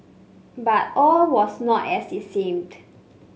but all was not as it seemed